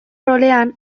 rolean